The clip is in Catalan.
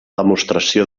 demostració